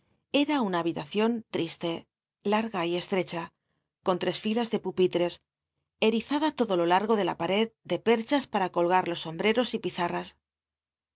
era una habitacion t ri te larga y estrecha con tres mas de pupiii'cs e izada lodo lo largo de la pmed de perchas para colgar los sombreros y pizmtas